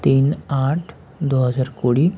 তিন আট দু হাজার কুড়ি